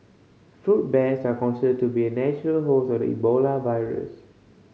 fruit bats are considered to be the natural host of the Ebola virus